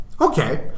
Okay